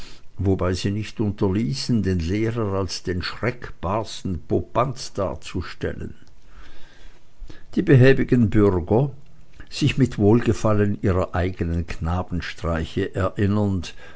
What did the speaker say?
wobei sie nicht unterließen den lehrer als den schreckbarsten popanz darzustellen die behäbigen bürger sich mit wohlgefallen ihrer eigenen knabenstreiche erinnernd